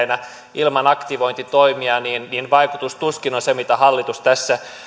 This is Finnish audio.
ilman aktivointitoimia niin niin vaikutus tuskin on se mitä hallitus tässä